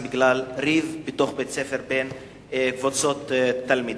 בגלל ריב בתוך בית-ספר בין קבוצות תלמידים?